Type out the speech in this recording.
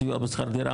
הסיוע לשכר דירה,